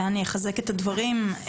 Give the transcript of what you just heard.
אני אחזק את הדברים,